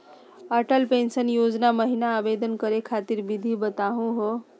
Atal pension योजना महिना आवेदन करै खातिर विधि बताहु हो?